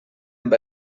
amb